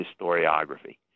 historiography